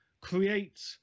create